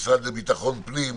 מהמשרד לביטחון פנים,